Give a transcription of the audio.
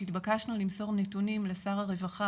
כשהתבקשנו למסור נתונים לשר הרווחה